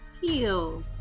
Heal